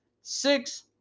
six